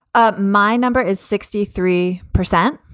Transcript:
ah my number is sixty three percent.